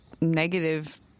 negative